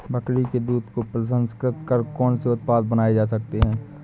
बकरी के दूध को प्रसंस्कृत कर कौन से उत्पाद बनाए जा सकते हैं?